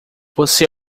você